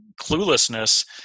cluelessness